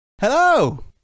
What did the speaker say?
hello